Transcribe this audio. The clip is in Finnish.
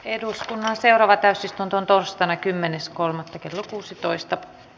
eduskunnan seuraava täysistuntoon torstaina kymmenes kolmatta kesää kuusitoista